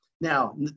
now